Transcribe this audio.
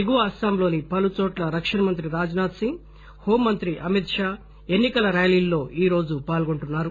ఎగువ అస్పాంలోని పలుచోట్ట రక్షణమంత్రి రాజ్ నాధ్ సింగ్ హోం మంత్రి అమిత్ షా ఎన్నికల ర్యాలీలో ఈరోజు పాల్గొంటున్నారు